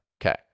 Okay